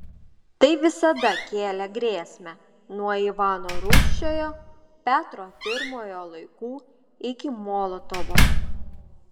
tai visada kėlė grėsmę nuo ivano rūsčiojo petro pirmojo laikų iki molotovo